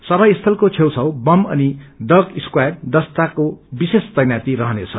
सभा स्थलको छेउछाउ बम अनि डग् स्क्वयाड दस्ताको विशेष तैनाथी रहनेछ